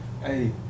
Hey